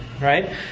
right